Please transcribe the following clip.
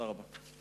תודה רבה.